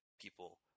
people